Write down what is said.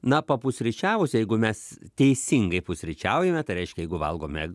na papusryčiavus jeigu mes teisingai pusryčiaujame tai reiškia jeigu valgome